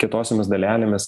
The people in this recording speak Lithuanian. kietosiomis dalelėmis